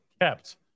kept